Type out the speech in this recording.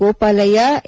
Gopalaiah A